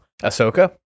Ahsoka